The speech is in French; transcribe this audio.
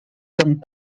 comme